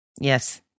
Yes